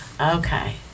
Okay